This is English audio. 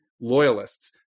loyalists